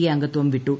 A അംഗത്വം വിട്ടു